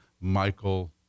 Michael